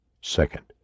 Second